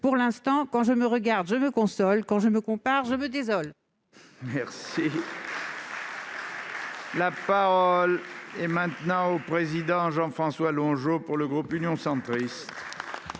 Pour l'instant, quand je me regarde je me console, quand je me compare je me désole ! La parole est à M. Jean-François Longeot, pour le groupe Union Centriste.